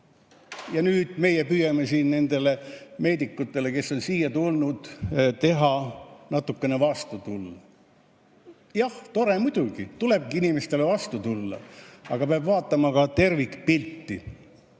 Ja nüüd meie püüame siin nendele meedikutele, kes on siia tulnud, natukene vastu tulla. Jah, tore, muidugi. Tulebki inimestele vastu tulla. Aga peab vaatama ka tervikpilti.